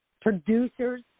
producers